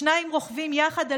/ שניים רוכבים יחד,